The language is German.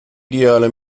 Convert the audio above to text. ideale